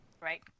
right